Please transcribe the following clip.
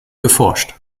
geforscht